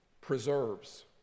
preserves